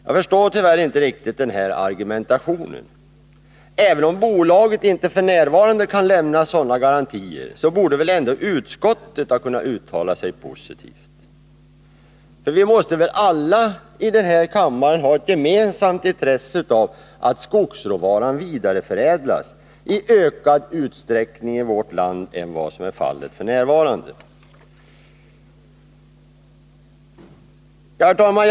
Jag förstår tyvärr inte riktigt den argumentationen. Även om bolaget inte f. n. kan lämna några garantier, borde utskottet ändå ha kunnat uttala sig positivt. Vi måste väl alla i den här kammaren ha ett gemensamt intresse av att skogsråvaran vidareförädlas i större utsträckning i vårt land än vad som är fallet f. n. Herr talman!